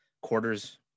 quarters –